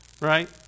Right